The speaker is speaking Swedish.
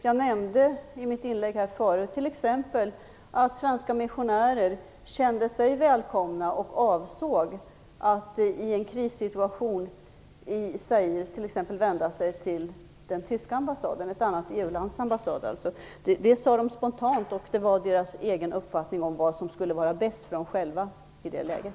Jag nämnde i mitt inlägg förut t.ex. att svenska missionärer kände sig välkomna och avsåg att i en krissituation i Zaire t.ex. vända sig till den tyska ambassaden - alltså ett annat EU-lands ambassad. Det sade de spontant. Det var deras egen uppfattning om vad som skulle vara bäst för dem själva i det läget.